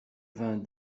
vingt